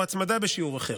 או הצמדה בשיעור אחר.